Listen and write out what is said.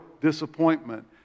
disappointment